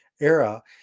era